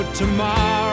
tomorrow